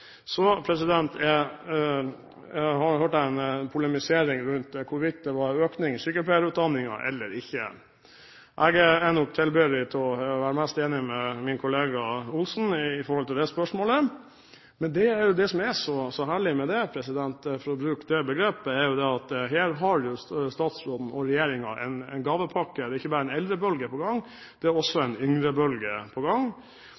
Så hørte jeg en polemisering rundt hvorvidt det var økning i sykepleierutdanningen eller ikke. Jeg er nok tilbøyelig til å være mest enig med min kollega Olsen i forhold til det spørsmålet. Men det som er så herlig med det, for å bruke det begrepet, er at her har statsråden og regjeringen en gavepakke. Det er ikke bare en eldrebølge på gang, det er også en yngrebølge på gang.